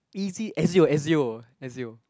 easy as you as you as you